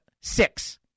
Six